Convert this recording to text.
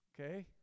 Okay